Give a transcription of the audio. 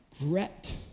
regret